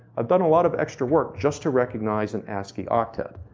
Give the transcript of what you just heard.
i've done a lot of extra work just to recognize an ascii octet.